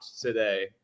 today